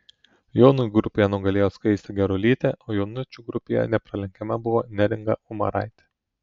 jaunių grupėje nugalėjo skaistė gerulytė o jaunučių grupėje nepralenkiama buvo neringa umaraitė